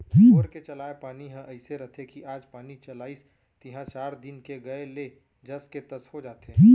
bore के चलाय पानी ह अइसे रथे कि आज पानी चलाइस तिहॉं चार दिन के गए ले जस के तस हो जाथे